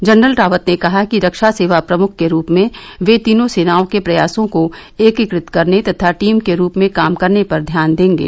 general Rawat ने कहा कि रक्षा सेवा प्रमुख के रूप में वे तीनों सेनाओं के प्रयासों को एकीकत करने तथा टीम के रूप में काम करने पर ध्यान देंगे